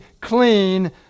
clean